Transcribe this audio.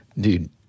dude